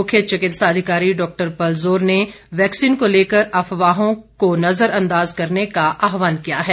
मुख्य चिकित्सा अधिकारी डॉक्टर पलजोर ने वैक्सीन को लेकर अफवाहों नजरअंदाज करने का आह्वान किया है